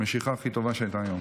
המשיכה הכי טובה שהייתה היום.